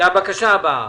עוברים לבקשה הבאה: